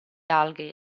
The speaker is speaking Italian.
alghe